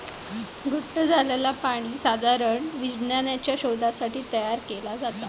घट्ट झालंला पाणी साधारण विज्ञानाच्या शोधासाठी तयार केला जाता